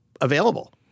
available